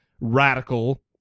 radical